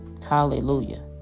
Hallelujah